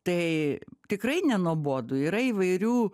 tai tikrai nenuobodu yra įvairių